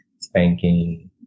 spanking